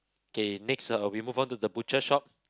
K next one I'll be move on to the butcher shop